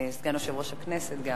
סגן יושב-ראש הכנסת.